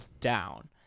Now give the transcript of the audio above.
down